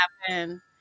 happen